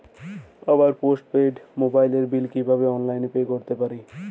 আমার postpaid মোবাইলের bill কীভাবে অনলাইনে পে করতে পারি?